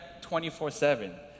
24-7